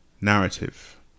narrative